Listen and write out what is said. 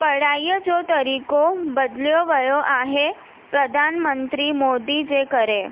पढ़ाईअ जो तरीक़ो बदिलियो वियो आहे प्रधानमंत्री मोदी जे करे